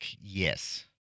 Yes